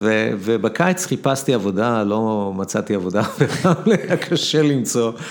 ובקיץ חיפשתי עבודה, לא מצאתי עבודה, לחלק היה קשה למצוא.